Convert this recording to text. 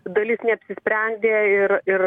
dalis neapsisprendė ir ir